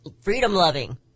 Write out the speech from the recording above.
freedom-loving